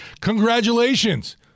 Congratulations